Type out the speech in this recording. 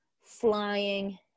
flying